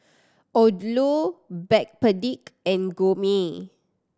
Odlo Backpedic and Gourmet